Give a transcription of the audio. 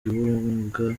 kibuga